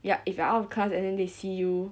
ya if you are out of class and then they see you